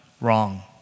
wrong